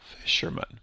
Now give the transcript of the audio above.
fisherman